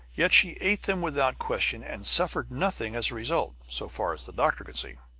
yet she ate them without question, and suffered nothing as a result, so far as the doctor could see.